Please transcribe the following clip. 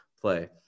play